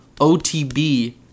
OTB